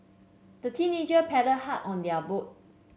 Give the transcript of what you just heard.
the teenager paddled hard on their boat